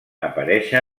aparèixer